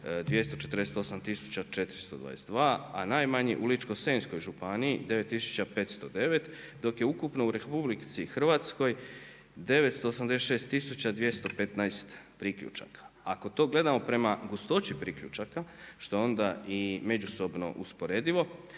248422, a najmanji u Ličko-senjskoj županiji 9509, dok je ukupno u Republici Hrvatskoj 986215 priključaka. Ako to gledamo prema gustoći priključaka što je onda i međusobno usporedivo